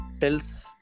tells